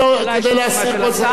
כדי להסיר כל ספק.